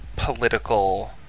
political